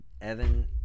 Evan